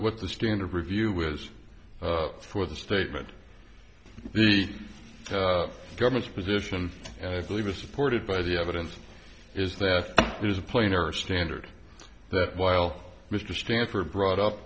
what the standard review was up for the statement the government's position and i believe is supported by the evidence is that there is a plane or a standard that while mr stanford brought up